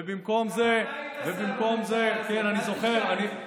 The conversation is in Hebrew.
ובמקום זה --- אל תשכח שגם אתה